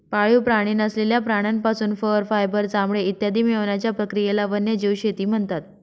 पाळीव प्राणी नसलेल्या प्राण्यांपासून फर, फायबर, चामडे इत्यादी मिळवण्याच्या प्रक्रियेला वन्यजीव शेती म्हणतात